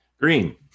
Green